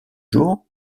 jours